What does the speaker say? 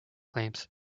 claims